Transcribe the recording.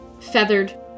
feathered